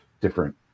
different